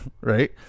right